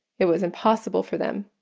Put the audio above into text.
it was impossible for them,